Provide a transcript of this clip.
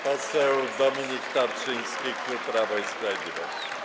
Poseł Dominik Tarczyński, klub Prawo i Sprawiedliwość.